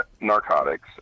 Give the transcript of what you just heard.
narcotics